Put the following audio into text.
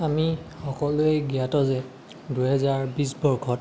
আমি সকলোৱে জ্ঞাত যে দুহেজাৰ বিশ বৰ্ষত